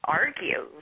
argue